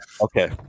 Okay